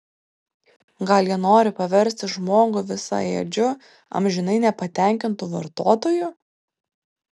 gal jie nori paversti žmogų visaėdžiu amžinai nepatenkintu vartotoju